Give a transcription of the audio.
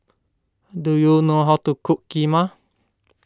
do you know how to cook Kheema